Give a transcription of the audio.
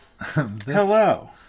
Hello